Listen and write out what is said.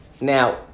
Now